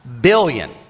Billion